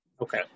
Okay